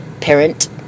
parent